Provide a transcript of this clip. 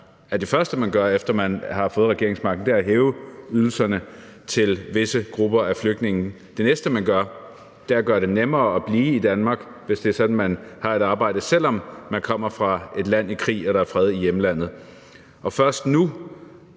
efter at man har fået regeringsmagten, er at hæve ydelserne for visse grupper af flygtninge, og det næste, man gør, er at gøre det nemmere at blive i Danmark, hvis det er sådan, at man har et arbejde, selv om man kommer fra et land i krig, og der er fred i hjemlandet.